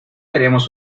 haremos